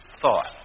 thought